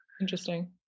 interesting